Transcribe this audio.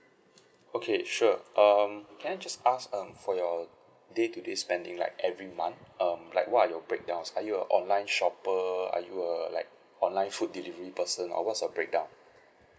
okay sure um can I just ask um for your day to day spending like every month um like what are your breakdowns are you a online shopper are you err like online food delivery person or what's the breakdown